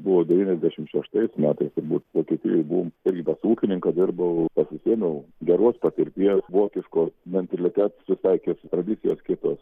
buvo devyniasdešim šeštais metais turbūt vokietijoj buvom irgi pas ūkininką dirbau pasisėmiau geros patirties vokiško mentalitetas visai kits tradicijos kitos